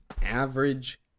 average